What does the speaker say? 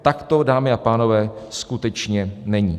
Tak to, dámy a pánové, skutečně není.